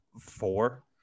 four